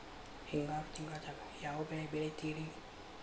ಹಿಂಗಾರು ತಿಂಗಳದಾಗ ಯಾವ ಬೆಳೆ ಬೆಳಿತಿರಿ?